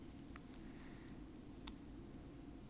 ma'am you can't even keep your own cardboard clean